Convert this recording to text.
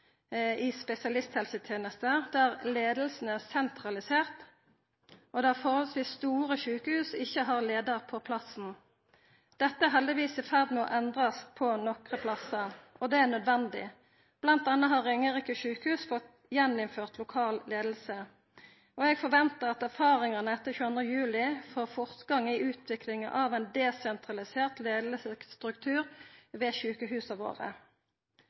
i spesialisthelsetenesta, der leiinga er sentralisert, og der forholdsvis store sjukehus ikkje har leiar på plassen. Dette er heldigvis i ferd med å endra seg på nokre plassar. Det er nødvendig. Blant anna har Ringerike sykehus igjen fått innført lokal leiing. Eg forventar at erfaringane etter 22. juli får fortgang i utviklinga av ein desentralisert leiingsstruktur ved sjukehusa våre.